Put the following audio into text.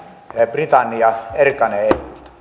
britannia erkanee